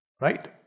Right